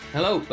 Hello